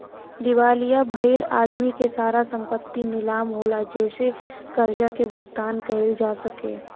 दिवालिया भईल आदमी के सारा संपत्ति नीलाम होला जेसे कर्जा के भुगतान कईल जा सके